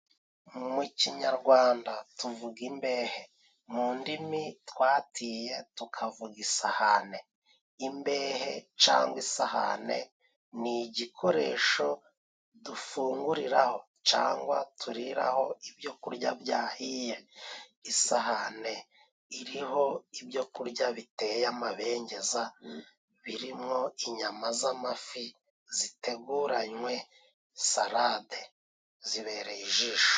Mu Kinyarwanda tuvuga imbehe, mu ndimi twatiye tukavuga isahane. Imbehe cangwa isahane ni igikoresho dufunguriraho cangwa turiraho ibyo kurya byahiye. Isahane iriho ibyo kurya biteye amabengeza, birimo inyama z’amafi ziteguranywe salade zibereye ijisho.